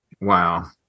Wow